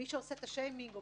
מי שעושה את השיימינג או